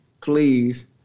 please